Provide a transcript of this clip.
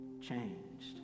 changed